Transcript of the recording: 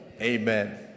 Amen